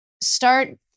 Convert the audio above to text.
start